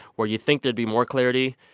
where you think there'd be more clarity,